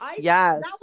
Yes